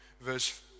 verse